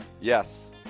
Yes